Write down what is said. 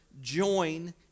join